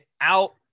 out